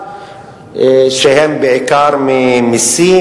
שהם בעיקר ממסים